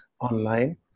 online